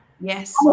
yes